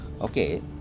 Okay